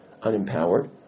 unempowered